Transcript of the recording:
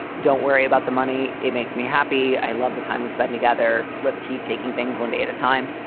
don't worry about the money. it makes me happy. i love the time we spend together. let's keep taking things one day at a time.